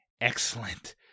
excellent